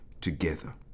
together